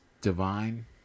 divine